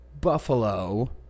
Buffalo